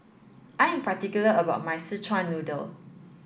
I am particular about my Szechuan noodle